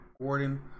Gordon